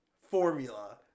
formula